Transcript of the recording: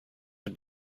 had